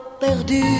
perdu